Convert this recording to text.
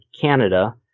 Canada